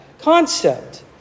concept